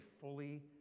fully